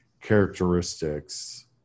characteristics